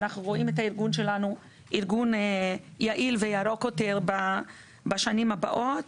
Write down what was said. אנחנו רואים את הארגון שלנו ארגון יעיל וירוק יותר בשנים הבאות.